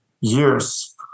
years